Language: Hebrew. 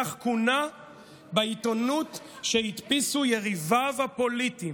כך הוא כונה בעיתונות שהדפיסו יריביו הפוליטיים,